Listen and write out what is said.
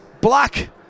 black